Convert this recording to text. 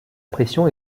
pression